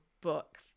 book